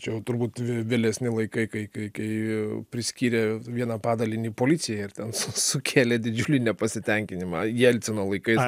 čia jau turbūt vėlesni laikai kai kai kai priskyrė vieną padalinį policijai ar ten sukėlė didžiulį nepasitenkinimą jelcino laikais